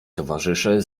towarzysze